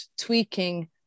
tweaking